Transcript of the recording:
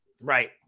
Right